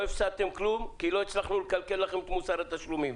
לא הפסדתם כלום כי לא הצלחנו לקלקל לכם את מוסר התשלומים.